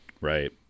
Right